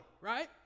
right